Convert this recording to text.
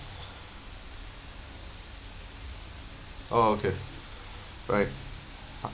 oh okay right